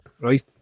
right